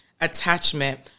attachment